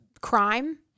crime